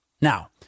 Now